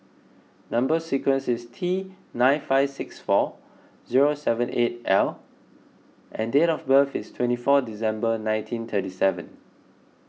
Number Sequence is T nine five six four zero seven eight L and date of birth is twenty four December nineteen thirty seven